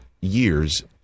years